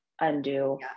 undo